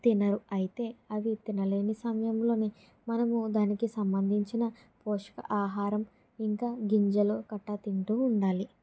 తినరు అయితే అవి తినలేని సమయంలోనే మనము దానికి సంబంధించిన పోషక ఆహారం ఇంకా గింజలు కట్టా తింటూ ఉండాలి